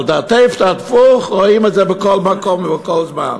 על דאטפת אטפוך, רואים את זה בכל מקום ובכל זמן.